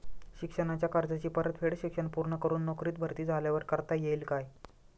शिक्षणाच्या कर्जाची परतफेड शिक्षण पूर्ण करून नोकरीत भरती झाल्यावर करता येईल काय?